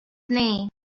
knee